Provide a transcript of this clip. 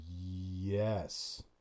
Yes